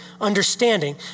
understanding